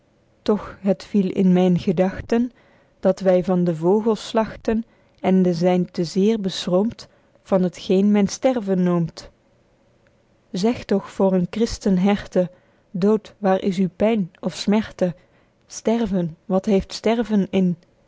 toch het viel in myn gedachten dat wy van de vogels slachten ende zyn te zeer beschroomd van het geen men sterven noomt zeg toch voor een christen herte dood waer is uw pyn of smerte sterven wat heeft sterven in